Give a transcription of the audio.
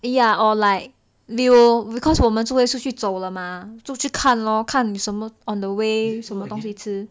ya or like we will because 我们出去走了嘛就去看 lor 看什么 on the way 什么东西吃